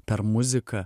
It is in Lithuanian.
per muziką